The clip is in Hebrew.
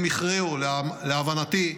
להבנתי,